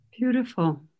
Beautiful